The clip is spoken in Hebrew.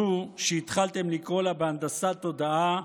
זו שהתחלתם לקרוא לה, בהנדסת תודעה,